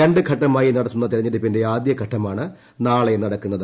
രണ്ട് ഘട്ടമായി നടത്തുന്ന തെരഞ്ഞെടുപ്പിന്റെ ആദ്യഘട്ടമാണ് നാളെ നടക്കുന്നത്